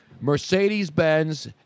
Mercedes-Benz